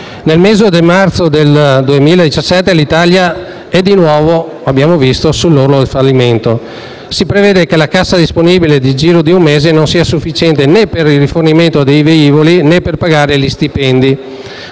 Nel mese di marzo 2017 Alitalia è di nuovo sull'orlo del fallimento: si prevede che la cassa disponibile, nel giro di un mese, non sia sufficiente né per il rifornimento dei velivoli né per pagare gli stipendi.